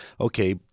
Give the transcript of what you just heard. okay